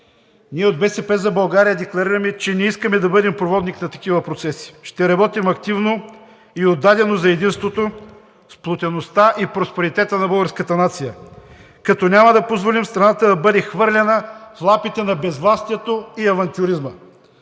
ние от „БСП за България“ декларираме, че не искаме да бъдем проводник на такива процеси. Ще работим активно и отдадено за единството, сплотеността и просперитета на българската нация, като няма да позволим страната да бъде хвърлена в лапите на безвластието и авантюризма.